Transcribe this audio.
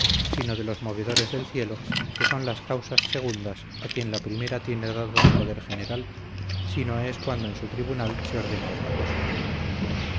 sino de los movedores del cielo que son las causas segundas a quien la primera tiene dado su poder general si no es cuando en su tribunal se ordena otra cosa